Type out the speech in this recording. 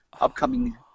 upcoming